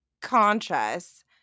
conscious